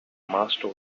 master